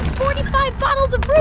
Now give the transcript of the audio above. forty five bottles of